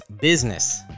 Business